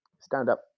stand-up